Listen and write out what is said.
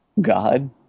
god